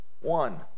one